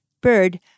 bird